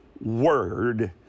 word